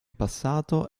passato